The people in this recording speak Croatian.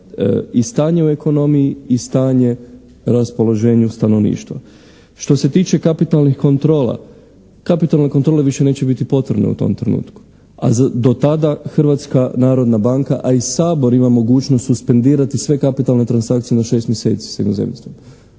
i stanje u ekonomiji i stanje, raspoloženju stanovništva. Što se tiče kapitalnih kontrola, kapitalne kontrole više neće biti potrebne u tom trenutku, a do tada Hrvatska narodna banka, a i Sabor, ima mogućnost suspendirati sve kapitalne transakcije na 6 mjeseci s inozemstvom.